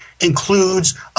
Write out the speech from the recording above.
includes